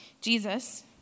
Jesus